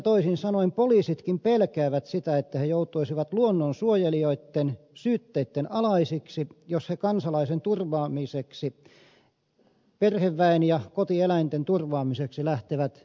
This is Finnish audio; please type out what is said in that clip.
toisin sanoen poliisitkin pelkäävät sitä että he joutuisivat luonnonsuojelijoitten syytteitten alaisiksi jos he kansalaisen turvaamiseksi perheväen ja kotieläinten turvaamiseksi lähtevät suurpetojahtiin